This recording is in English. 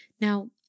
Now